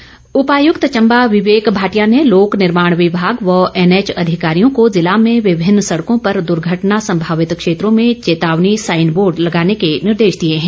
DC Chamba उपायुक्त चंबा विवेक भाटिया ने लोक निर्माण विभाग व एनएच अधिकारियों को जिला में विभिन्न सड़कों पर दुर्घटना संभावित क्षेत्रों में चेतावनी साईन बोर्ड लगाने के निर्देश दिए हैं